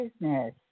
business